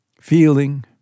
feeling